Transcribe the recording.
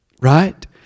right